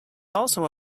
also